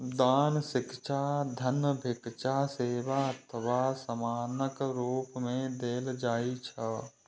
दान शिक्षा, धन, भिक्षा, सेवा अथवा सामानक रूप मे देल जाइ छै